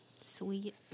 Sweet